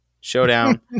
showdown